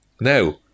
Now